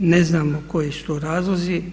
Ne znamo koji su to razlozi.